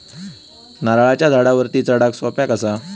नारळाच्या झाडावरती चडाक सोप्या कसा?